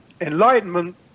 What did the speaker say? enlightenment